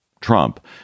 Trump